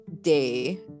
day